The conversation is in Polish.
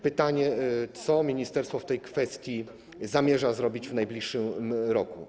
Pytanie: Co ministerstwo w tej kwestii zamierza zrobić w najbliższym roku?